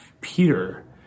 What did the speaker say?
Peter